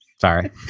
Sorry